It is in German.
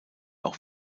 auch